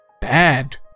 bad